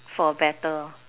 for better